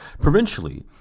Provincially